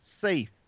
SAFE